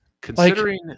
considering